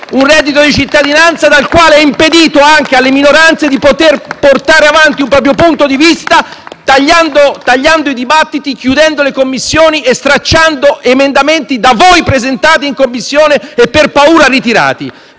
Un reddito di cittadinanza nel quale è impedito alle minoranze di poter portare avanti il proprio punto di vista, tagliando i dibattiti, chiudendo le Commissioni e stralciando emendamenti da voi presentati in Commissione e, per paura, ritirati.